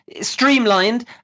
streamlined